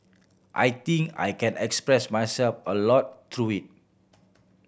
I think I can express myself a lot through it